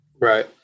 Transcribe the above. Right